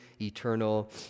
eternal